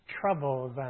troubles